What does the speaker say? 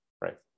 right